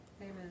Amen